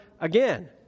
again